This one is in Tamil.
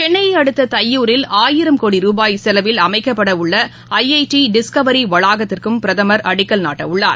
சென்னையை அடுத்த தையூரில் ஆயிரம் கோடி ரூபாய் செலவில் அமைக்கப்பட உள்ள ஐ ஐ டி டிஸ்கவரி வளாகத்திற்கும் பிரதமர் அடிக்கல் நாட்டவுள்ளார்